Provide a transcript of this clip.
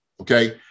okay